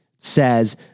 says